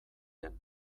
den